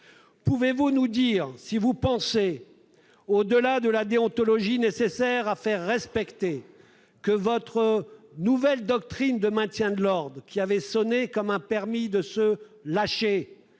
Pouvez-vous nous dire si vous pensez, au-delà de la déontologie nécessaire qu'il faut faire respecter, que votre nouvelle doctrine du maintien de l'ordre, qui avait sonné comme un permis de se lâcher,